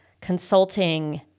consulting